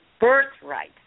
birthright